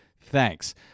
Thanks